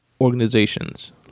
organizations